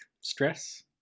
stress